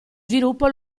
sviluppo